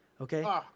Okay